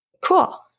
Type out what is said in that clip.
Cool